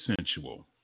sensual